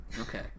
Okay